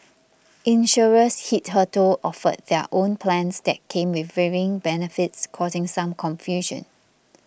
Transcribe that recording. insurers hitherto offered their own plans that came with varying benefits causing some confusion